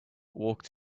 walked